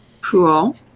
Cool